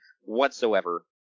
whatsoever